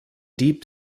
deep